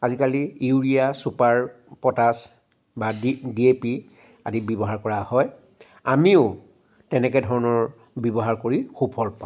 আজিকালি urea super potash বা D D A' P আদি ব্যৱহাৰ কৰা হয় আমিও তেনেকৈ ধৰণৰ ব্যৱহাৰ কৰি সুফল পাওঁ